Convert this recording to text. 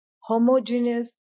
homogeneous